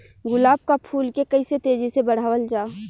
गुलाब क फूल के कइसे तेजी से बढ़ावल जा?